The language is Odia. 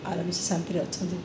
ଆରାମ୍ସେ ଶାନ୍ତିରେ ଅଛନ୍ତି